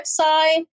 website